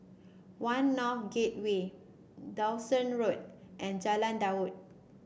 One North Gateway Dawson Road and Jalan Daud